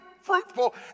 fruitful